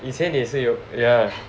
以前你也是有 ya